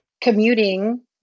Commuting